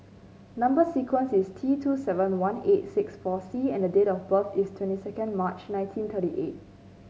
number sequence is T two seven one eight nine six four C and date of birth is twenty second March nineteen thirty eight